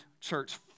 church